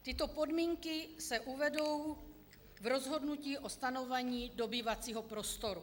Tyto podmínky se uvedou v rozhodnutí o stanovení dobývacího prostoru.